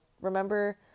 remember